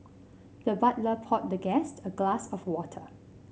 the butler poured the guest a glass of water